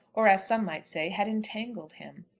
or as some might say, had entangled him.